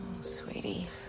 sweetie